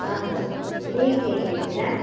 ಹಾಂ ಹಾಂ ಈಗ ಹೇಗಿದ್ದೀರಾ